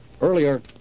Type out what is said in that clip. Earlier